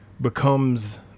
becomes